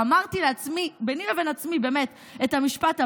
אמרתי לעצמי, ביני לבין עצמי, באמת, את המשפט הבא: